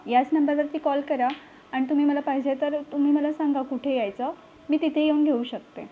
याच नंबरवरती कॉल करा आणि तुम्ही मला पाहिजे तर तुम्ही मला सांगा कुठे यायचं मी तिथे येऊन घेऊ शकते